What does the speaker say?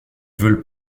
veulent